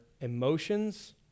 emotions